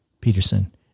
Peterson